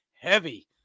heavy